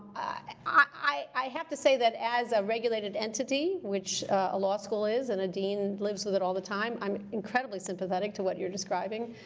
i have to say, that as a regulated entity, which a law school is and a dean lives with it all the time, i'm incredibly sympathetic sympathetic to what you're describing.